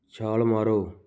ਛਾਲ ਮਾਰੋ